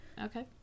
okay